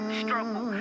struggle